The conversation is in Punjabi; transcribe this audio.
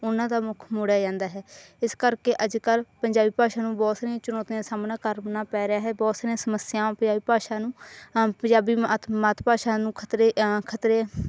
ਉਹਨਾਂ ਦਾ ਮੁੱਖ ਮੋੜਿਆ ਜਾਂਦਾ ਹੈ ਇਸ ਕਰਕੇ ਅੱਜ ਕੱਲ ਪੰਜਾਬੀ ਭਾਸ਼ਾ ਨੂੰ ਬਹੁਤ ਸਾਰੀਆਂ ਚੁਣੌਤੀਆਂ ਦਾ ਸਾਹਮਣਾ ਕਰਨਾ ਪੈ ਰਿਹਾ ਹੈ ਬਹੁਤ ਸਾਰੀਆਂ ਸਮੱਸਿਆਵਾਂ ਪੰਜਾਬੀ ਭਾਸ਼ਾ ਨੂੰ ਪੰਜਾਬੀ ਮਾਤ ਮਾਤ ਭਾਸ਼ਾ ਨੂੰ ਖਤਰੇ ਖਤਰੇ